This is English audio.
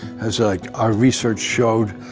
as like our research showed,